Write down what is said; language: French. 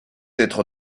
être